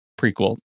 prequel